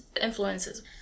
influences